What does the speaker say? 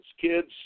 Kids